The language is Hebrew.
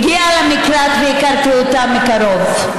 היא הגיעה למקלט והכרתי אותה מקרוב.